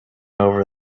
over